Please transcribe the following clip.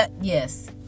yes